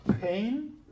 pain